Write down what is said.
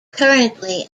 currently